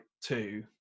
two